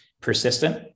persistent